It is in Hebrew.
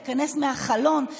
ניכנס מהחלון,